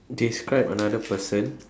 describe another person